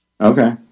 Okay